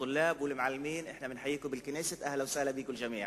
התלמידים והמורים מבית-הספר במוסמוס,